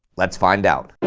let's find out.